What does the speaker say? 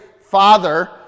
Father